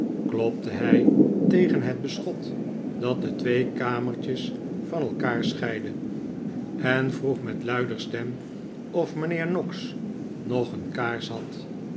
klopte hij tegen het beschot dat de twee kamertjes van elkaar scheidde en vroeg met luider stem of mijnheer noggs een kaars had